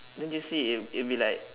don't you see it'll it'll be like